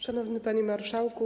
Szanowny Panie Marszałku!